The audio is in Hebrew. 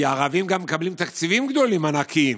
כי הערבים גם מקבלים תקציבים גדולים, ענקיים,